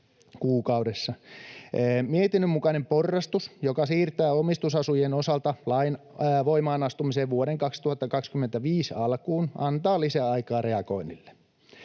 kuukaudessa. Mietinnön mukainen porrastus, joka siirtää omistusasujien osalta lain voimaan astumisen vuoden 2025 alkuun, antaa lisäaikaa reagoinnille.